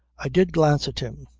i did glance at him.